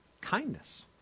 kindness